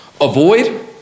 Avoid